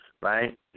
right